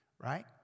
right